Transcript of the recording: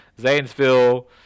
Zanesville